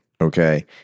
okay